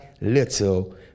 little